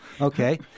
okay